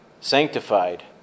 sanctified